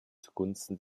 zugunsten